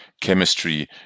chemistry